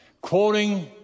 quoting